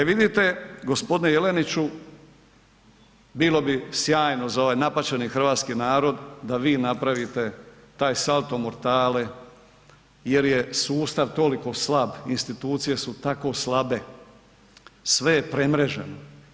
E vidite, g. Jeleniću, bilo bi sjajno za ovaj napaćeni hrvatski narod da vi napravite taj salto mortale jer je sustav tolik slab, institucije su tako slabe, sve je premreženo.